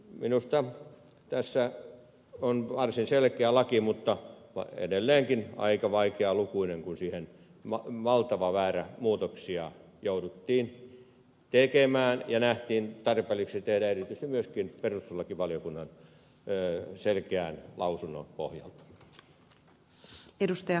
minusta tässä on varsin selkeä laki mutta edelleenkin aika vaikealukuinen kun siihen valtava määrä muutoksia jouduttiin tekemään ja nähtiin tarpeelliseksi tehdä erityisesti myöskin perustuslakivaliokunnan selkeän lausunnon pohjalta